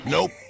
Nope